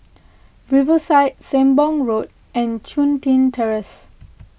Riverside Sembong Road and Chun Tin Terrace